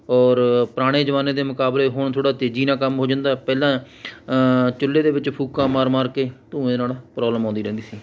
ਔਰ ਪੁਰਾਣੇ ਜ਼ਮਾਨੇ ਦੇ ਮੁਕਾਬਲੇ ਹੁਣ ਥੋੜ੍ਹਾ ਤੇਜ਼ੀ ਨਾਲ ਕੰਮ ਹੋ ਜਾਂਦਾ ਪਹਿਲਾਂ ਚੁੱਲ੍ਹੇ ਦੇ ਵਿੱਚ ਫੂਕਾਂ ਮਾਰ ਮਾਰ ਕੇ ਧੂੰਏ ਨਾਲ ਪਰੋਬਲਮ ਆਉਂਦੀ ਰਹਿੰਦੀ ਸੀ